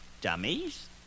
Dummies